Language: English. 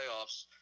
playoffs